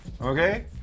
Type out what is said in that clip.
okay